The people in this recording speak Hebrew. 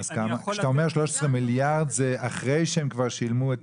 כשאתה אומר 13 מיליארד זה אחרי שהם כבר שילמו את